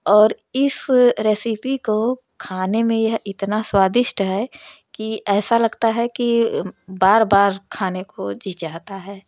और इस रेसिपी को खाने में यह इतना स्वादिष्ट है कि ऐसा लगता है कि बार बार खाने को जी चाहता है